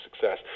success